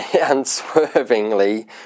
unswervingly